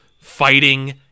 fighting